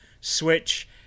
switch